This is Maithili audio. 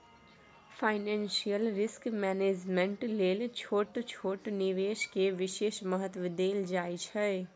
फाइनेंशियल रिस्क मैनेजमेंट लेल छोट छोट निवेश के विशेष महत्व देल जाइ छइ